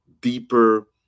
deeper